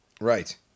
Right